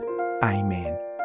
Amen